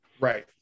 Right